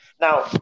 Now